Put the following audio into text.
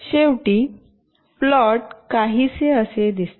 शेवटी प्लॉट काहीसे असे दिसते